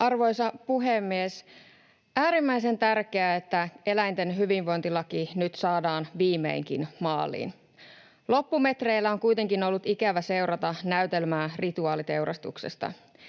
Arvoisa puhemies! On äärimmäisen tärkeää, että eläinten hyvinvointilaki nyt saadaan viimeinkin maaliin. Loppumetreillä on kuitenkin ollut ikävä seurata näytelmää rituaaliteurastuksesta.